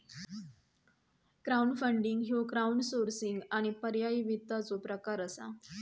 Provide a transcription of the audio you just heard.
crowdfunding ह्यो crowdsourcing आणि पर्यायी वित्ताचो प्रकार असा